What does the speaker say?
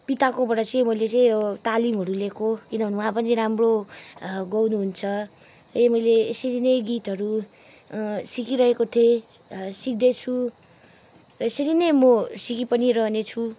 पिताकोबाट चाहिँ मैले चाहिँ यो तालिमहरू लिएको किनभने उहाँ पनि राम्रो गाउनु हुन्छ है मैले यसरी नै गीतहरू सिकिरहेको थिएँ सिक्दै छु र यसरी नै म सिकी पनि रहने छु